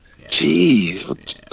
Jeez